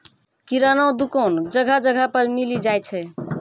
किराना दुकान जगह जगह पर मिली जाय छै